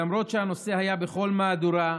למרות שהנושא היה בכל מהדורה,